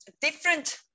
different